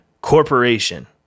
corporation